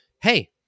hey